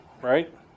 right